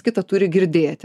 kitą turi girdėti